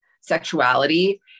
sexuality